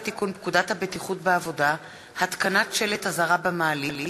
הצעת חוק לתיקון פקודת הבטיחות בעבודה (התקנת שלט אזהרה במעלית),